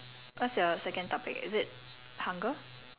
what's your second topic is it hunger